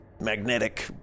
magnetic